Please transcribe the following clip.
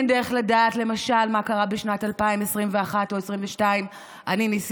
אין דרך לדעת למשל מה קרה בשנת 2021 או 2022. אני ניסיתי.